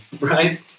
right